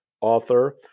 author